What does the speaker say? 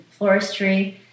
floristry